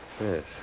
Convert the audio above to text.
Yes